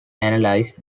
analyzed